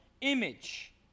image